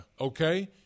okay